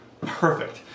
perfect